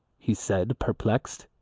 he said, perplexed,